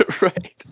Right